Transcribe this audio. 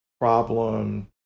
problem